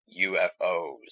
UFOs